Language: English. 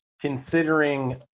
considering